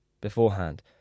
beforehand